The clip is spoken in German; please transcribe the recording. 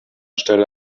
stelle